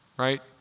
right